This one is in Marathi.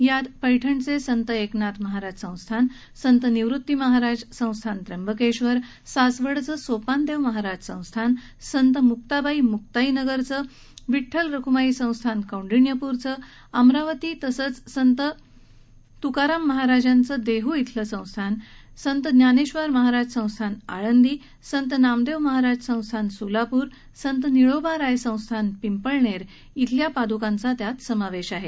यामध्ये पैठणचे संत एकनाथ महाराज संस्थान संत निवृत्तीनाथ महाराज त्र्यंबकेश्वर सासवडचं सोपानदेव महाराज संस्थान संत मुक्ताबाई मुकाईनगर विठ्ठल रुक्माई संस्थान कौंडिण्यपूर अमरावती तसंच संत तुकाराम महाराज देहू संत ज्ञानेश्वर महाराज संस्थान आळंदी संत नामदेव महाराज सोलापूर संत निळोबाराय संस्थान पिंपळनेर छिल्या पाद्कांचा यात समावेश आहे